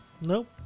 Nope